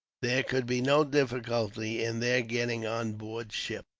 there could be no difficulty in their getting on board ship.